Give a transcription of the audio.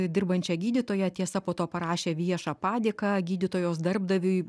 dirbančią gydytoją tiesa po to parašė viešą padėką gydytojos darbdaviui